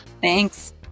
Thanks